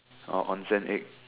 oh onsen egg